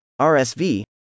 RSV